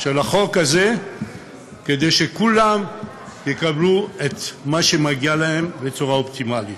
של החוק הזה כדי שכולם יקבלו את מה שמגיע להם בצורה האופטימלית.